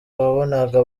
wabonaga